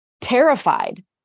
terrified